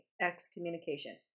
excommunication